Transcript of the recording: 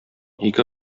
ике